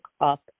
up